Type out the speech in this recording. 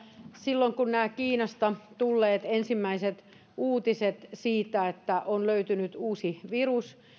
silloin kun kiinasta tulivat ensimmäiset uutiset siitä että on löytynyt uusi virus